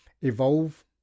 evolve